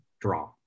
Draw